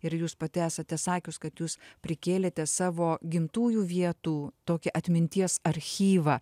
ir jūs pati esate sakius kad jūs prikėlėte savo gimtųjų vietų tokį atminties archyvą